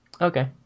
Okay